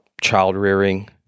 child-rearing